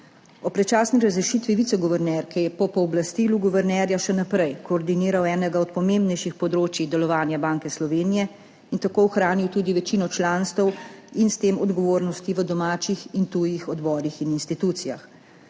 predčasni razrešitvi viceguvernerke je po pooblastilu guvernerja še naprej koordiniral enega od pomembnejših področij delovanja Banke Slovenije in tako ohranil tudi večino članstev in s tem odgovornosti v domačih in tujih odborih in institucijah.